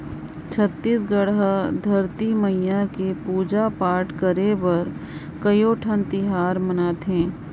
छत्तीसगढ़ हर धरती मईया के पूजा पाठ करे बर कयोठन तिहार मनाथे